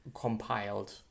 compiled